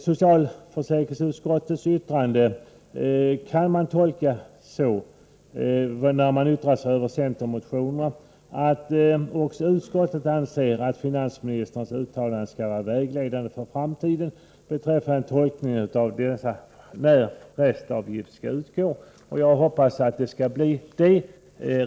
Socialförsäkringsutskottets yttrande över centermotionen kan uppfattas som att också utskottet anser att finansministerns uttalande skall vara vägledande för framtiden beträffande tolkningen av när restavgift skall utgå. Jag hoppas att det skall bli så.